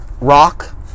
rock